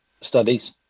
studies